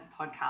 Podcast